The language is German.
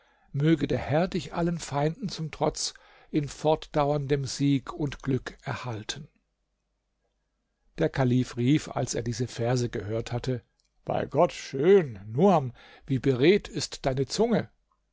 möge der herr dich allen feinden zum trotz in fortdauerndem sieg und glück erhalten der kalif rief als er diese verse gehört hatte bei gott schön nuam wie beredt ist deine zunge